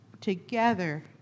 Together